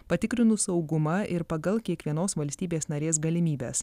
patikrinus saugumą ir pagal kiekvienos valstybės narės galimybes